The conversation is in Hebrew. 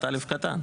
(1)(א) קטן.